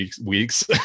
weeks